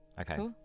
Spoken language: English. Okay